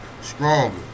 stronger